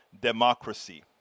democracy